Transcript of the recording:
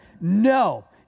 No